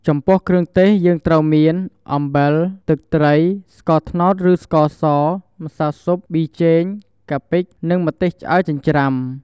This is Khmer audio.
ចំពោះគ្រឿងទេស យើងត្រូវមាន អំបិល ទឹកត្រី ស្ករត្នោតឬស្ករស ម្សៅស៊ុប ប៊ីចេង កាពិ និងម្ទេសឆ្អើរចិញ្រ្ចាំ។